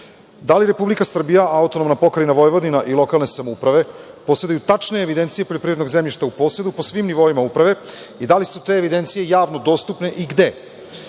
li Republika Srbija, AP Vojvodina i lokalne samouprave poseduju tačne evidencije poljoprivrednog zemljišta u posedu po svim nivoima uprave i da li su te evidencije javno dostupne i gde?